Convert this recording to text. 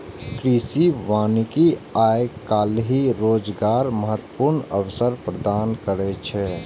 कृषि वानिकी आइ काल्हि रोजगारक महत्वपूर्ण अवसर प्रदान करै छै